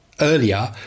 earlier